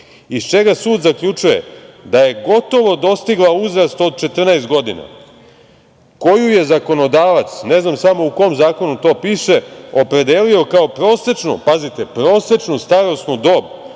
iz čega sud zaključuje da je gotovo dostigla uzrast od 14 godina, koju je zakonodavac", ne znam samo u kom zakonu to piše, "opredelio kao prosečnu" pazite, prosečnu, "starosnu dobu